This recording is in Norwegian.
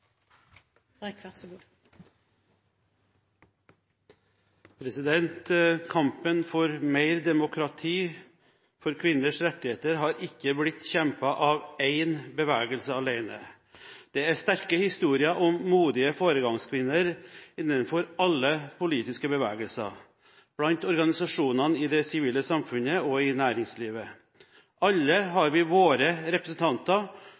Kampen for mer demokrati og for kvinners rettigheter har ikke blitt kjempet av en bevegelse alene. Det er sterke historier om modige foregangskvinner innenfor alle politiske bevegelser, blant organisasjonene i det sivile samfunnet og i næringslivet. Alle har vi våre representanter,